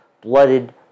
blooded